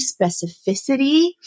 specificity